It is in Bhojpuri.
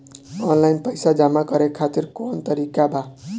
आनलाइन पइसा जमा करे खातिर कवन तरीका बा?